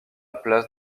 place